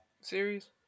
series